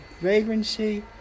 vagrancy